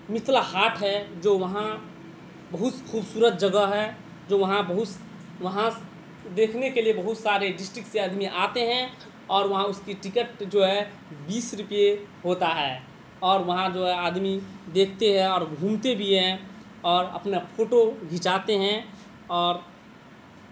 متھلا ہاٹ ہے جو وہاں بہ خوبصورت جگہ ہے جو وہاں بہ وہاں دیکھنے کے لیے بہت سارے ڈسٹرکٹ سے آدمی آتے ہیں اور وہاں اس کی ٹکٹ جو ہے بیس روپے ہوتا ہے اور وہاں جو ہے آدمی دیکھتے ہیں اور گھومتے بھی ہیں اور اپنا فوٹو گھچاتے ہیں اور